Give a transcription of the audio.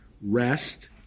rest